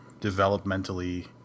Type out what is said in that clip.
developmentally